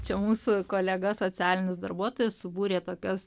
čia mūsų kolega socialinis darbuotojas subūrė tokias